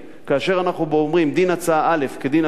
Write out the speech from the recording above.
כאשר אנחנו אומרים דין הצעה א' כדין הצעה